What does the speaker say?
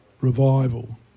Revival